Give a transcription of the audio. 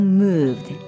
moved